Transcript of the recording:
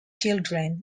children